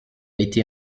été